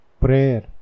prayer